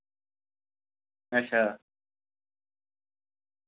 अच्छा